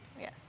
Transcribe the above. Yes